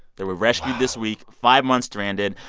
they were rescued this week, five months stranded,